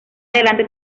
adelante